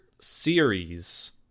series